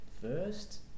first